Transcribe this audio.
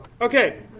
Okay